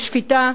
לשפיטה,